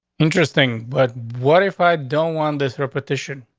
interesting. but what if i don't want this repetition?